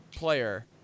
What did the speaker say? player